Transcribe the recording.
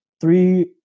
three